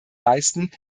leisten